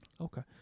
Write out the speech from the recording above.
Okay